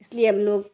اس لیے ہم لوگ